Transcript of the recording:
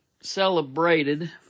celebrated